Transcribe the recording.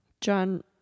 John